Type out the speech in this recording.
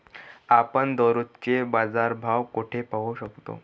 आपण दररोजचे बाजारभाव कोठे पाहू शकतो?